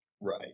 right